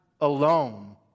alone